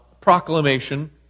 proclamation